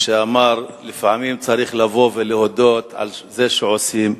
שאמר: לפעמים צריך לבוא ולהודות על זה שעושים.